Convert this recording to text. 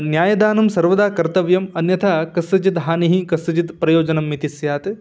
न्यायदानं सर्वदा कर्तव्यम् अन्यथा कस्यचिद् हानिः कस्यचित् प्रयोजनम् इति स्यात्